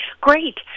Great